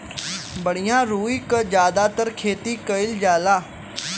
बढ़िया रुई क जादातर खेती कईल जाला